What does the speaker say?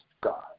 God